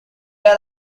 are